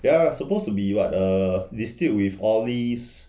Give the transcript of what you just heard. ya supposed to be what err distilled with olives